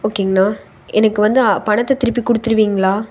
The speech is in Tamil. ஓகேங்கண்ணா எனக்கு வந்து பணத்தை திருப்பி கொடுத்துருவீங்களா